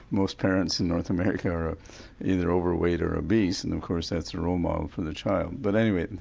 most parents in north america are either overweight or obese and of course that's a role model for the child, but anyway,